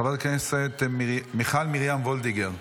חברת הכנסת מיכל מרים וולדיגר,